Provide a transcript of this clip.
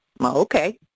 Okay